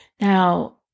Now